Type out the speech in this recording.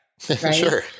Sure